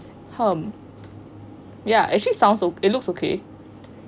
hmm ya actually it sounds o~ it looks okay